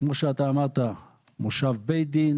כמו שאתה אמרת, מושב בית דין